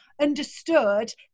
understood